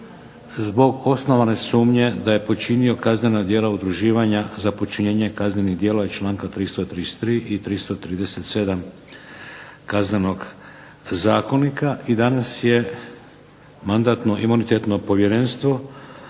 zbog osnovane sumnje da je počinio kaznena djela udruživanja za počinjenje kaznenih djela iz članka 333. i 337. Kaznenog zakonika. I danas je Mandatno-imunitetno povjerenstvo